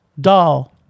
doll